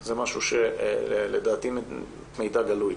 זה משהו שלדעתי הוא מידע גלוי.